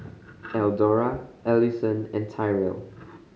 Eldora Allisson and Tyrell